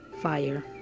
fire